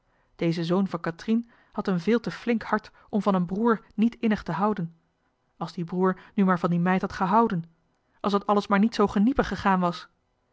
deze zoon van kathrien had een veel te flink hart om van een broer niet innig te houden als die broer nu maar van die meid had gehouden als het alles maar niet zoo geniepig gegaan was